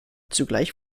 zugleich